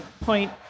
point